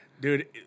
Dude